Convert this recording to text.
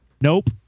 nope